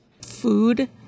Food